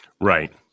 right